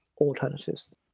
alternatives